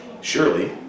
Surely